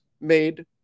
made